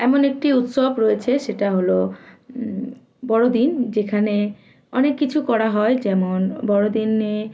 এমন একটি উৎসব রয়েছে সেটা হলো বড়দিন যেখানে অনেক কিছু করা হয় যেমন বড়দিনে